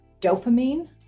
dopamine